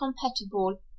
compatible